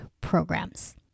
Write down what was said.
programs